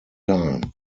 time